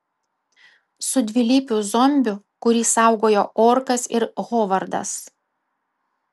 su dvilypiu zombiu kurį saugojo orkas ir hovardas